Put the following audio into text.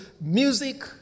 music